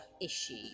issue